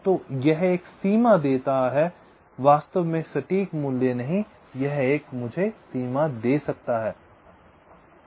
तो यह एक सीमा देता है वास्तव में सटीक मूल्य नहीं यह मुझे एक सीमा दे सकता है